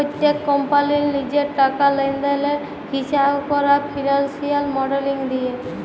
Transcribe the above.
প্যত্তেক কম্পালির লিজের টাকা লেলদেলের হিঁসাব ক্যরা ফিল্যালসিয়াল মডেলিং দিয়ে